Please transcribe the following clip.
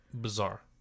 Bizarre